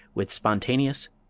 with spontaneous,